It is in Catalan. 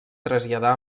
traslladar